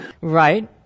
Right